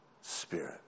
Spirit